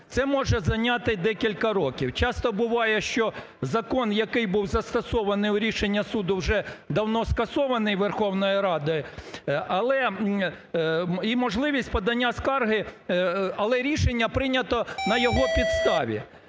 Це може зайняти декілька років. Часто буває, що закон, який був застосований у рішенні суду, вже давно скасований Верховною Радою, і можливість подання скарги. Але рішення прийнято на його підставі.